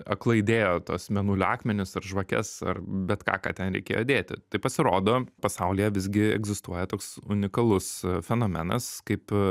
aklai dėjo tuos mėnulio akmenis ar žvakes ar bet ką ką ten reikėjo dėti tai pasirodo pasaulyje visgi egzistuoja toks unikalus fenomenas kaip